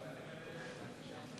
לוועדת הכלכלה נתקבלה.